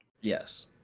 Yes